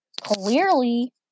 Clearly